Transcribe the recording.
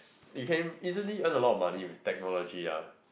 you can easily earn a lot of money with technology ah